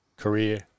career